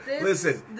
listen